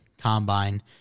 combine